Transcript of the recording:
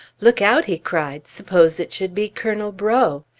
look out! he cried suppose it should be colonel breaux?